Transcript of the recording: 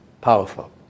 powerful